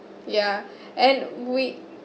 ya and we